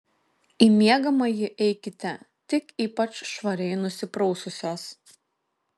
į miegamąjį eikite tik ypač švariai nusipraususios